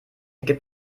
gibt